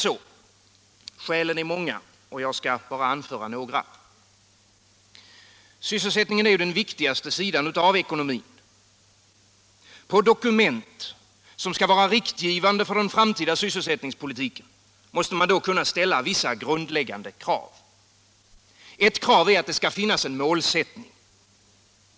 Skälen är många. Jag skall anföra några. Sysselsättningen är den viktigaste sidan av ekonomin. På dokument som skall vara riktgivande för den framtida sysselsättningspolitiken måste man kunna ställa vissa grundläggande krav. Ett krav är att det skall finnas en målsättning.